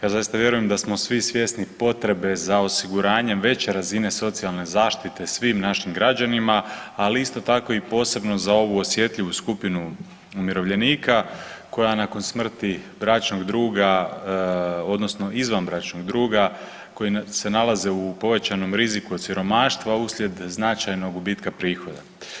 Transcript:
Ja zaista vjerujem da smo svi svjesni potrebe za osiguranjem veće razine socijalne zaštite svim našim građanima, ali isto tako i posebno za ovu osjetljivu skupinu umirovljenika koja nakon smrti bračnog druga odnosno izvanbračnog druga koji se nalaze u povećanom riziku od siromaštva uslijed značajnog gubitka prihoda.